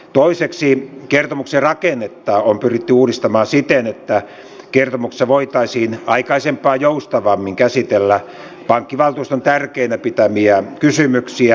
toiseksi kertomuksen rakennetta on pyritty uudistamaan siten että kertomuksessa voitaisiin aikaisempaa joustavammin käsitellä pankkivaltuuston tärkeinä pitämiä kysymyksiä